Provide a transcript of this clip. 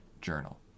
journal